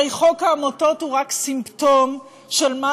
הרי חוק העמותות הוא רק סימפטום של מה